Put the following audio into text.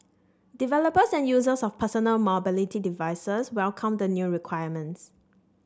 developers and users of personal mobility devices welcomed the new requirements